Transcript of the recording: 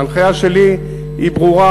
ההנחיה שלי היא ברורה.